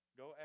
go